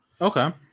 Okay